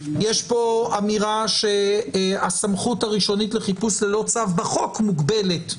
יש פה אמירה שהסמכות הראשונית לחיפוש ללא צו בחוק מוגבלת,